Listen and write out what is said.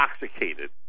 intoxicated